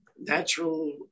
natural